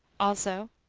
also,